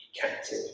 captive